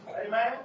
Amen